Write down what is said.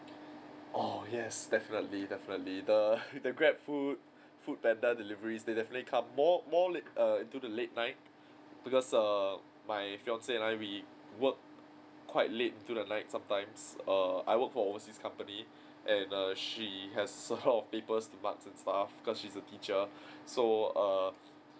oh yes definitely definitely the the grabfood foodpanda they delivery they definitely come more more late err into the late night because uh my fiancee and I we work quite late till the night sometimes err I work for overseas company and err she has her papers to mark and stuff because she's a teacher so err